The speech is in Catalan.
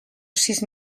sis